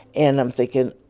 and i'm thinking,